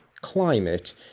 climate